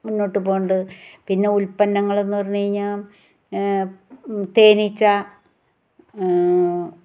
മുന്നോട്ട് പോകുന്നുണ്ട് പിന്നെ ഉൽപ്പന്നങ്ങളെന്ന് പറഞ്ഞ് കഴിഞ്ഞാൽ തേനീച്ച